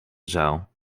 zaal